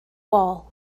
wall